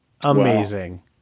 Amazing